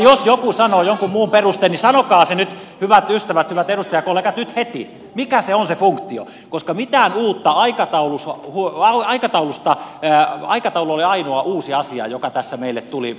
jos joku sanoo jonkun muun perusteen niin sanokaa se nyt hyvät ystävät hyvät edustajakollegat nyt heti mikä on se funktio koska mitään aikataulusta ollaan aikataulusta enää aikataulu oli ainoa uusi asia joka tässä meille edustajille tuli